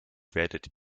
werdet